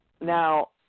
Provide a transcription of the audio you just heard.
Now